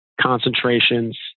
concentrations